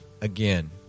again